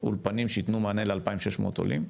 אולפנים שייתנו מענה לכ-2,600 עולים?